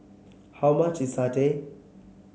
how much is satay